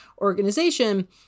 organization